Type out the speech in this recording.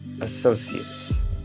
associates